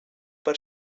per